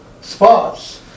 spots